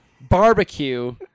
barbecue